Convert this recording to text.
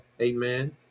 amen